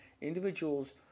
Individuals